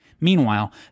Meanwhile